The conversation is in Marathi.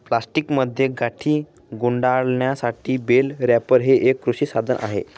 प्लास्टिकमध्ये गाठी गुंडाळण्यासाठी बेल रॅपर हे एक कृषी साधन आहे